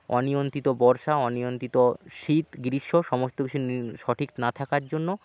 অনিয়ন্ত্রিত বর্ষা অনিয়ন্ত্রিত শীত গ্রীষ্ম সমস্ত কিছু সঠিক না থাকার জন্য